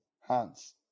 hands